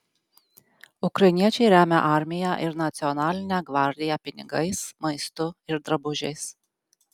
ukrainiečiai remia armiją ir nacionalinę gvardiją pinigais maistu ir drabužiais